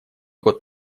год